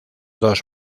dos